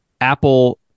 Apple